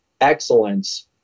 excellence